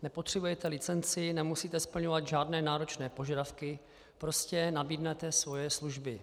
Nepotřebujete licenci, nemusíte splňovat žádné náročné požadavky, prostě nabídnete svoje služby.